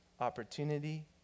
opportunity